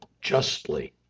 justly